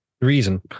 ...reason